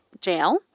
jail